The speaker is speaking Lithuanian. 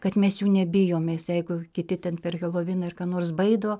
kad mes jų nebijom nes jeigu kiti ten per heloviną ir ką nors baido